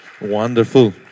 Wonderful